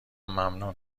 ممنون